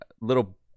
little